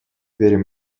верим